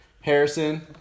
Harrison